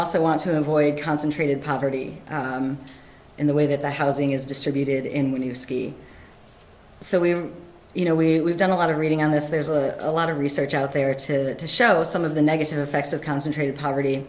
also want to avoid concentrated poverty in the way that the housing is distributed in when you ski so we you know we done a lot of reading on this there's a lot of research out there to show some of the negative effects of concentrated poverty